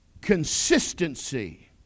consistency